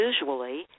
usually